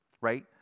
Right